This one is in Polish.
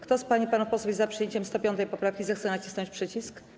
Kto z pań i panów posłów jest za przyjęciem 105. poprawki, zechce nacisnąć przycisk.